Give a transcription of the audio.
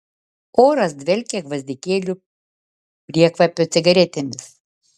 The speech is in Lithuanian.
oras dvelkė gvazdikėlių priekvapio cigaretėmis